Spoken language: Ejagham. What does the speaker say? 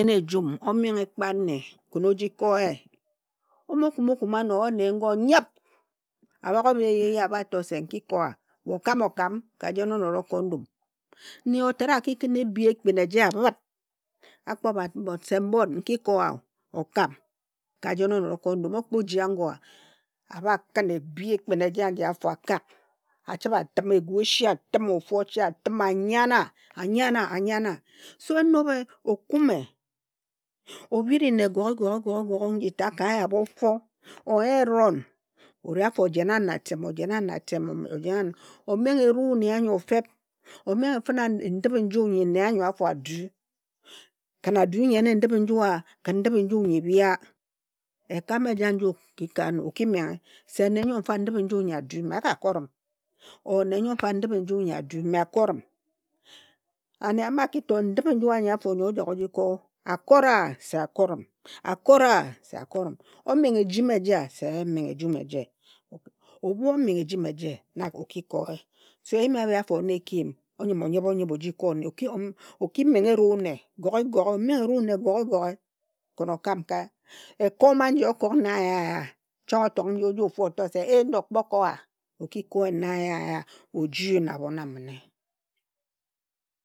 En ejum, omenghe kpa nne ken oji kor ye, omo kumi-okumi anor oyin nne ñgo onyip abak obe aba toa se nki kor a, weh okam-okam ka jen, onõda okor ndum. Ñyo tad aki kor ebhi ekpin eje abid, akpo bã se mbõd nki kor a oh, okam, ka jen onõda okor ndum, okpo ji ãgor a aba kun ebhi ekpin eje aji afor akak, achibe atima, egu eshi atima ofu oche, atima anyanã, anyanã, anyanã. So enobe okume obiri nne goghe goghe goghe goghe nji tad ka eya bã ofor or nya eroñ ore afor ojenan na atem, ojenan na atem, ojenan na atem, ojenan. Omenghe ebu nne ányo feb, omenghe fene ndip-i-nju nyi nne ányo afor adú ken adu nyene ndip-i-nju a, ken ndip-i-nju nyi ebi a, ekame eja nji oki ka ánor oki menghe se nne ńyo mfa ndip-i-nju nyi adu oka korim or nne ñyo mfa ndip-i-nju nyi adu akorim. Ane amima aki tor ndip-i-nju ányi afor nyi ojak oji kor, a kord a, se okorim, okord a, se akorim, omeghe ejimi eje a, se menghe ejimi eje. Ebu omenghe ejimi eje nã oki kor ye, so eyim abi afor na eki yim, onyim onyob-onyob oji kor nne. Oki menghe eru-nne goghe-goghe, omenghe eru-nne goghe-goghe khin okam nkae. Ekor m aji okok na aya-aya chang otok nji eje otor se ei ndor kpo okor a, oki koe na aya-aya ojin abon abine.